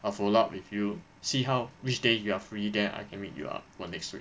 a follow up with you see how which day you are free then I can meet you up for next week